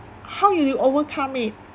how you you overcome it